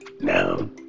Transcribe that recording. Now